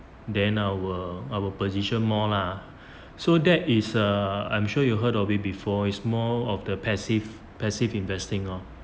then I will I will position more lah so that is err I'm sure you've heard of it before it's more of the passive passive investing lor